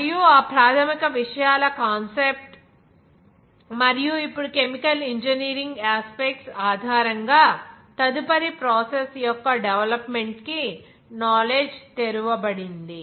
మరియు ఆ ప్రాథమిక విషయాల కాన్సెప్ట్ మరియు ఇప్పుడు కెమికల్ ఇంజనీరింగ్ యాస్పెక్ట్స్ ఆధారంగా తదుపరి ప్రాసెస్ యొక్క డెవలప్మెంట్ కి నాలెడ్జి తెరవబడింది